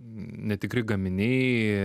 netikri gaminiai